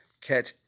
catch